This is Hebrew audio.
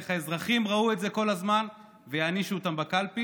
איך האזרחים ראו את זה כל הזמן ואיך הם יענישו אותם בקלפי.